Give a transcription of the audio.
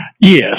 Yes